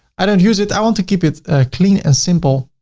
i don't use it. i want to keep it clean and simple.